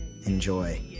Enjoy